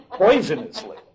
poisonously